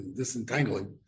disentangling